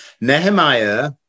Nehemiah